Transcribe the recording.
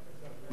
בבקשה.